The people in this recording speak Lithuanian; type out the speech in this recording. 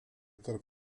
tarp